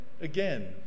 again